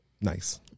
nice